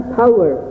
power